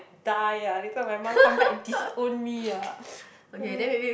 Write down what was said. die ah later my mom come back disown me ah